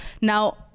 Now